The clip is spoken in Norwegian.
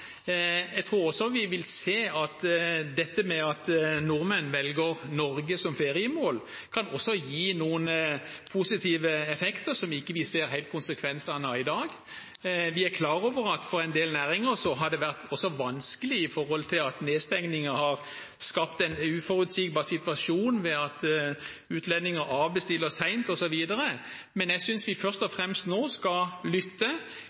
Jeg tror også vi vil se at dette med at nordmenn velger Norge som feriemål, kan gi noen positive effekter som vi ikke helt ser konsekvensene av i dag. Vi er klar over at det for en del næringer også har vært vanskelig at nedstengningen har skapt en uforutsigbar situasjon ved at utlendinger avbestiller sent, osv. Men nå synes jeg vi først og fremst skal lytte,